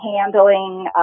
handling